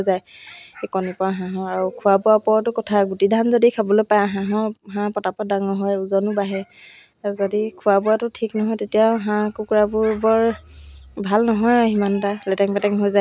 চিলাই মানে মায়ে মায়ে আচলতে চিলাই ঊল গুঠা এইবোৰ কাম কৰিছিলে নহ্ ত' মাৰ কোনোবা এটা গুণ মানে এই গুণটো মোৰ মোৰ মোৰ ইয়ালৈ আহিলে ত'